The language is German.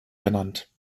genannt